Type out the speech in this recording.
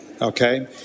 okay